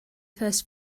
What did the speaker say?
first